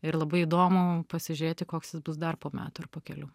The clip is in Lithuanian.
ir labai įdomu pasižiūrėti koks jis bus dar po metų ar po kelių